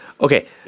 okay